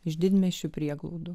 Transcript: iš didmiesčių prieglaudų